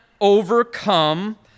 overcome